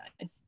nice